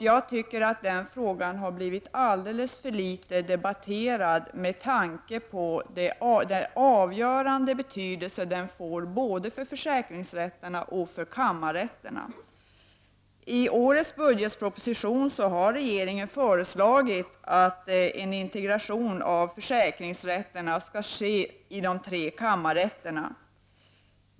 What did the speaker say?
Jag tycker att den frågan har blivit alldeles för litet debatterad med tanke på den avgörande betydelse den får både för försäkringsrätterna och för kammarrätterna. I årets budgetproposition har regeringen föreslagit en integration av försäkringsrätterna i de tre kammarrätterna.